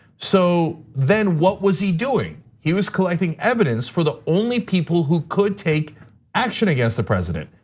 so then what was he doing? he was collecting evidence for the only people who could take action against the president.